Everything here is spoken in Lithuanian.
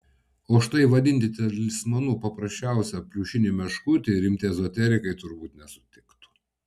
o štai vadinti talismanu paprasčiausią pliušinį meškutį rimti ezoterikai turbūt nesutiktų